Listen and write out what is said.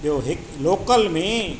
ॿियो हिकु लोकल में